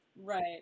Right